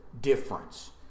difference